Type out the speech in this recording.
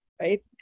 right